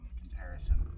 comparison